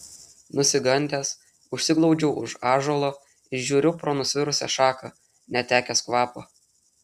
nusigandęs užsiglaudžiau už ąžuolo ir žiūriu pro nusvirusią šaką netekęs kvapo